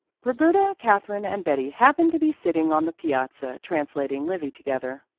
roberta, katherine and betty happened to be sitting on the piazza translating livy together.